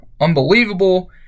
unbelievable